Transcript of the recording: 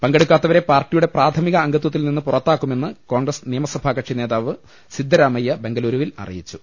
പങ്കെടുക്കാത്താവരെ പാർട്ടിയുടെ പ്രാഥമിക അംഗത്വ ത്തിൽ നിന്ന് പുറത്താക്കുമെന്ന് കോൺഗ്രസ് നിയമസഭാകക്ഷി നേതാവ് സിദ്ധരാമയ്യ ബെങ്കലൂരുവിൽ അറിയിച്ചു